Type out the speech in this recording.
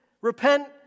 repent